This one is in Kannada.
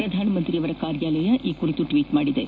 ಪ್ರಧಾನಮಂತ್ರಿಯವರ ಕಾರ್ಯಾಲಯ ಈ ಕುರಿತು ಟ್ವೀಟ್ ಮಾಡಿದ್ದು